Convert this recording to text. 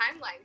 timeline